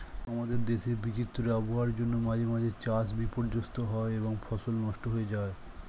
আমাদের দেশে বিচিত্র আবহাওয়ার জন্য মাঝে মাঝে চাষ বিপর্যস্ত হয় এবং ফসল নষ্ট হয়ে যায়